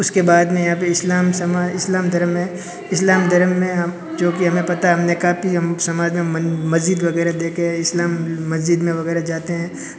उसके बाद में यहाँ पर इस्लाम समा इस्लाम धर्म है इस्लाम धर्म में हम क्योंकि हमें पता है हमने काफ़ी हम समाज में मन मस्जिद वग़ैरह देखे हैं इस्लाम मस्जिद में वग़ैरह जाते हैं